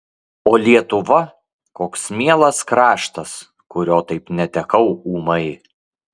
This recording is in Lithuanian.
o lietuva koks mielas kraštas kurio taip netekau ūmai